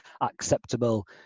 acceptable